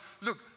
look